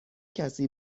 کسی